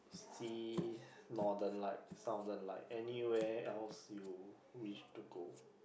see Northern Light Southern Light anywhere else you wish to go